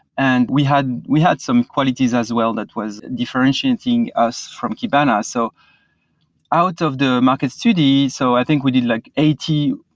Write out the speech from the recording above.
and we had we had some qualities as well that was differentiating us from kibana. so out of the market study so i think we did like eighty,